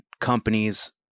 companies